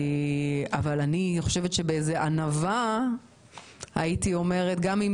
אני חושבת שבאיזו ענווה הייתי אומרת שגם אם